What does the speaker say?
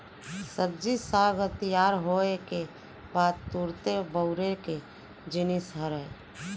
सब्जी साग ह तियार होए के बाद तुरते बउरे के जिनिस हरय